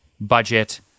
budget